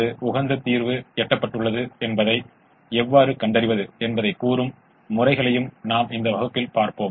எனவே பலவீனமான இரட்டைக் கோட்பாடு என்று அழைக்கப்படும் ஒரு முடிவுடன் முதலில் தொடங்குவோம்